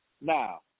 Now